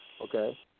okay